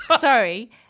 Sorry